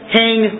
hang